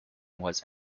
was